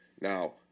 Now